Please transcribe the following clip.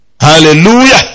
Hallelujah